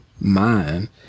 mind